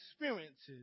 experiences